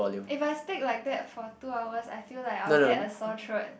if I speak like that for two hours I feel like I'll get a sore throat